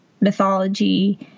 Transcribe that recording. mythology